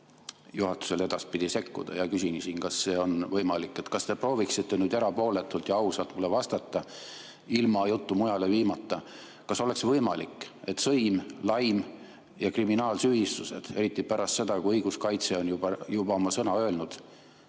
juhatusel edaspidi sekkuda ja küsisin, kas see on võimalik. Kas te prooviksite nüüd erapooletult ja ausalt mulle vastata, ilma juttu mujale viimata, kas oleks võimalik, et sõim, laim ja kriminaalsüüdistused, eriti pärast seda, kui õiguskaitse on oma sõna juba öelnud,